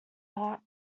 not